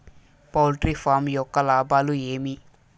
poultry farm యొక్క లాభాలు ఏమి